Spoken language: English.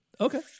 okay